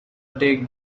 take